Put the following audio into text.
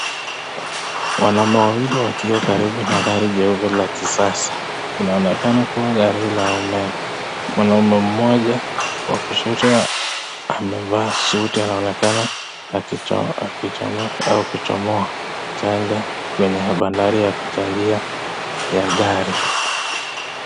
Wanaume wawili wakiwa karibu na gari jeupe la kisasa. Linaonekana kuwa gari la umeme. Mwanaume mmoja wa kushoto amevaa suti anaonekana akichomeka au kuchomoa [charger] kwenye bandari ya kuchajia ya gari.